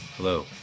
hello